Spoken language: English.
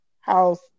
house